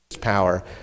power